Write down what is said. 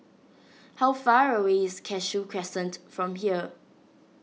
how far away is Cashew Crescent from here